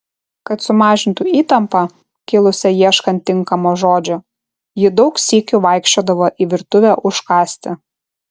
kad sumažintų įtampą kilusią ieškant tinkamo žodžio ji daug sykių vaikščiodavo į virtuvę užkąsti